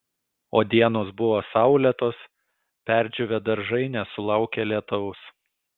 o dienos buvo saulėtos perdžiūvę daržai nesulaukė lietaus